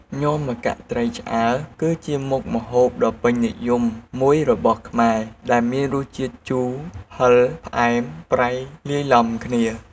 ញាំម្កាក់ត្រីឆ្អើរ គឺជាមុខម្ហូបដ៏ពេញនិយមមួយរបស់ខ្មែរ ដែលមានរសជាតិជូរ ហឹរ ផ្អែម ប្រៃ លាយឡំគ្នា។